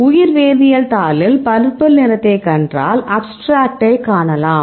உயிர் வேதியியல் தாளில் பர்பிள் நிறத்தைக் கண்டால் அப்ஸ்ட்ராக்ட் ஐ அணுகலாம்